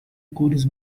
cores